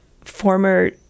former